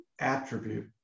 attribute